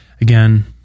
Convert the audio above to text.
again